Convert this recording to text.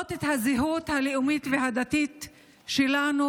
שנושאות את הזהות הלאומית והדתית שלנו,